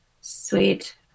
Sweet